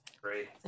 Great